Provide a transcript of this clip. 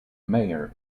mayor